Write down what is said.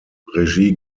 regie